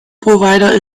provider